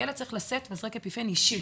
ילד צריך לשאת מזרק אפיפן אישי.